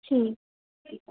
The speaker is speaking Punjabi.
ਠੀਕ